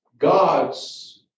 God's